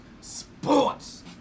sports